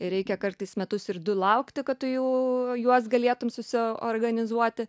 ir reikia kartais metus ir du laukti kad tu jau juos galėtum susiorganizuoti